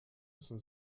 müssen